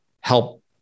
help